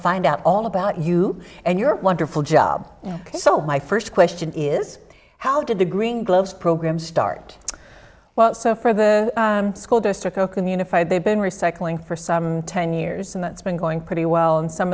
find out all about you and your wonderful job so my first question is how did the green gloves program start well so for the school district oakland unified they've been recycling for some ten years and that's been going pretty well in some